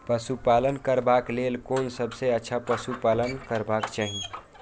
पशु पालन करबाक लेल कोन सबसँ अच्छा पशु पालन करबाक चाही?